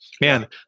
man